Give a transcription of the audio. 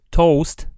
toast